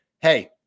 Hey